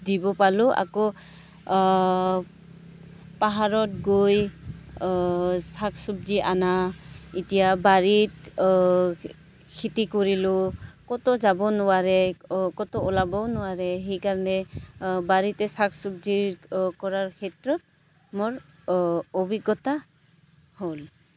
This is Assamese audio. দিব পালোঁ আকৌ পাহাৰত গৈ চাক চবজি আনা এতিয়া বাৰীত খেতি কৰিলোঁ ক'তো যাব নোৱাৰে ক'তো ওলাবও নোৱাৰে সেইকাৰণে বাৰীতে চাক চবজি কৰাৰ ক্ষেত্ৰত মোৰ অভিজ্ঞতা হ'ল